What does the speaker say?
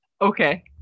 Okay